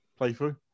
playthrough